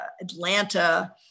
Atlanta